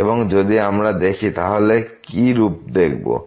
এবং এখন যদি আমরা দেখি তাহলে আমরা কি রূপ দেখব